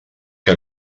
que